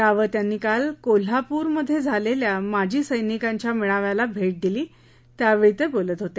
रावत यांनी काल कोल्हापूरा झालेल्या माजी सैनिकांच्या मेळाव्याला भेट दिली त्यावेळी ते बोलत होते